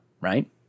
right